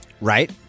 Right